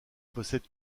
possède